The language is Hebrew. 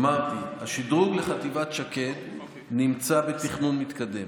אמרתי, השדרוג לחטיבת שקד נמצא בתכנון מתקדם,